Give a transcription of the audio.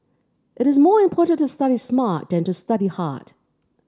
it is more important to study smart than to study hard